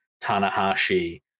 Tanahashi